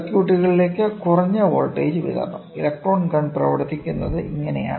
സർക്യൂട്ടിലേക്ക് കുറഞ്ഞ വോൾട്ടേജ് വിതരണം ഇലക്ട്രോൺ ഗൺ പ്രവർത്തിക്കുന്നത് ഇങ്ങനെയാണ്